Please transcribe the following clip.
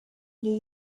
new